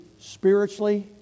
spiritually